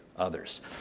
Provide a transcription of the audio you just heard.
others